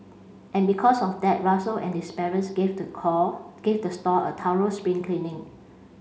and because of that Russell and his parents gave the call gave the stall a thorough spring cleaning